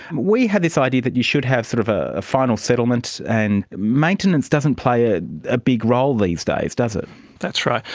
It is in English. we had this idea that you should have sort of ah a final settlement, and maintenance doesn't play ah a big role these days, doesn't. that's right.